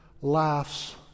laughs